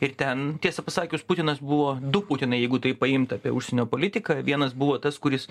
ir ten tiesą pasakius putinas buvo du putinai jeigu taip paimt apie užsienio politiką vienas buvo tas kuris